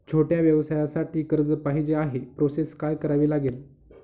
छोट्या व्यवसायासाठी कर्ज पाहिजे आहे प्रोसेस काय करावी लागेल?